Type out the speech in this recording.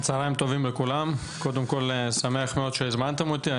צהריים טובים לכולם, שמח מאוד שהזמנתם אותי.